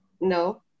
No